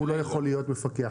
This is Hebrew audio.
הוא לא יכול להיות מפקח.